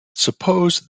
suppose